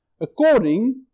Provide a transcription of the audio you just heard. according